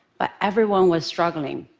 but everyone was struggling.